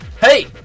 Hey